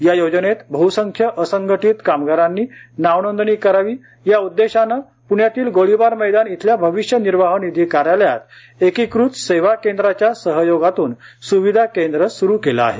या योजनेत बहसंख्य असंघटीत कामगारांनी नावनोंदणी करावी या उद्देशाने गोळीबार मैदान येथील भविष्य निर्वाह निधी कार्यालय इथं एकीकृत सेवा केंद्राच्या सहयोगातून सुविधा केंद्र सुरू केले आहे